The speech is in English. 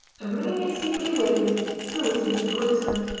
and bringing it secretly with him threw it into the quicksand.